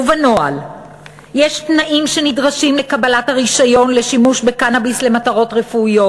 ובנוהל יש תנאים שנדרשים לקבלת הרישיון לשימוש בקנאביס למטרות רפואיות.